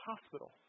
hospital